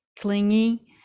clingy